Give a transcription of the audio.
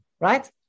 right